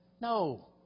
No